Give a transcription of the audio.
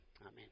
Amen